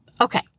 Okay